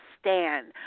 stand